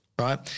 Right